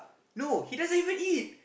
no he doesn't even eat